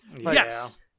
Yes